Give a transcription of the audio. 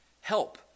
help